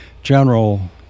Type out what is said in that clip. general